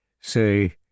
Say